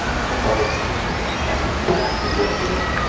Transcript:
perfect, that's exactly what we want.